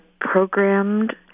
programmed